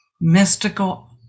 mystical